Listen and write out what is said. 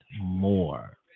more